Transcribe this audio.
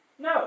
No